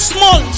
Small